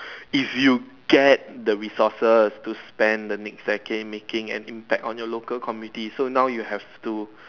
if you get the resources to spend the next decade making an impact on your local community so now you have to